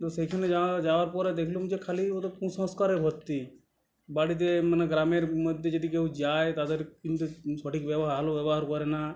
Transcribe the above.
তো সেইখানে যাওয়া যাওয়ার পরে দেখলাম যে খালি ওদের কুসংস্কারে ভর্তি বাড়িতে মানে গ্রামের মধ্যে যদি কেউ যায় তাদের কিন্তু সঠিকভাবে আলো ব্যবহার করে না